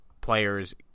players